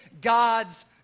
God's